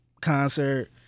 concert